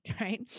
right